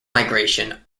migration